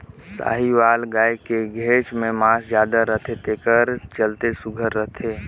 साहीवाल गाय के घेंच में मांस जादा रथे तेखर चलते झूलत रथे